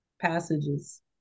passages